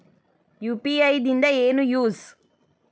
UPI ದಿಂದ ಏನು use?